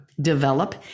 develop